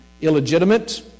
illegitimate